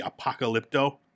Apocalypto